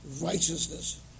righteousness